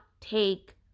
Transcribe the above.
take